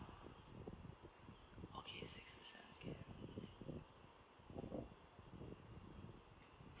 okay six to seven K